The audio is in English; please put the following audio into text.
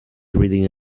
reading